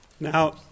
Now